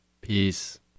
Peace